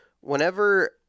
Whenever